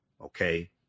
okay